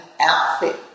outfit